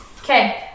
Okay